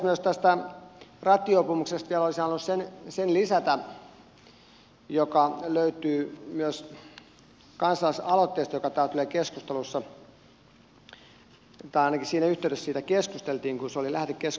myös tästä rattijuopumuksesta vielä olisin halunnut sen lisätä mikä löytyy myös kansalaisaloitteesta joka täällä tuli keskustelussa tai ainakin siinä yhteydessä siitä keskusteltiin kun se oli lähetekeskustelussa eduskunnassa